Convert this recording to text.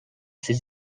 ses